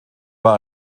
war